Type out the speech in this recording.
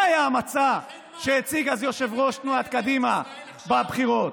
מה היה המצע שהציג אז יושב-ראש תנועת קדימה בבחירות?